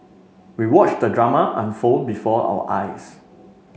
we watched the drama unfold before our eyes